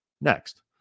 next